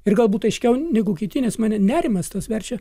ir galbūt aiškiau negu kiti nes mane nerimas tas verčia